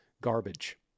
garbage